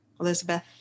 Elizabeth